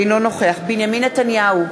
אינו נוכח בנימין נתניהו,